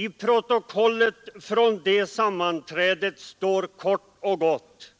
I protokollet från det sammanträdet står kort och gott: